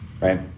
right